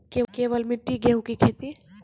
केवल मिट्टी गेहूँ की खेती?